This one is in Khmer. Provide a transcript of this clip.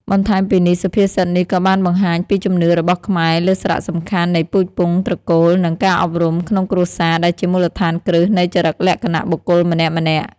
បន្ថែមពីនេះ សុភាសិតនេះក៏បានបង្ហាញពីជំនឿរបស់ខ្មែរលើសារៈសំខាន់នៃពូជពង្ស ត្រកូល និងការអប់រំក្នុងគ្រួសារ ដែលជាមូលដ្ឋានគ្រឹះនៃចរិតលក្ខណៈបុគ្គលម្នាក់ៗ។